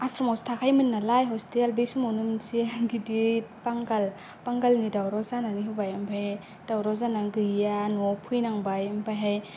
आश्रमावसो थाखायोमोन नालाय हस्तेल बे समावनो मोनसे गिदिर बांगाल बांगालनि दावराव जानानै होबाय ओमफाय दावराव जानानै गैया न'आव फैनांबाय ओमफायहाय